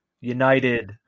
United